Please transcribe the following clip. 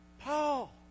Paul